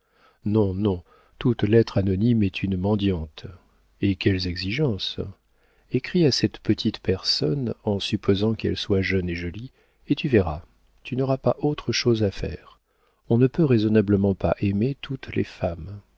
non non toute lettre anonyme est une mendiante et quelles exigences écris à cette petite personne en supposant qu'elle soit jeune et jolie et tu verras tu n'auras pas autre chose à faire on ne peut raisonnablement pas aimer toutes les femmes